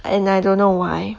and I don't know why